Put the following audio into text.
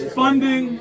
funding